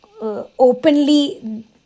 openly